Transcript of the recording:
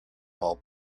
bulb